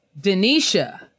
Denisha